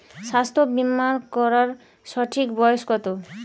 স্বাস্থ্য বীমা করার সঠিক বয়স কত?